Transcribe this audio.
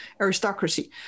aristocracy